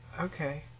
Okay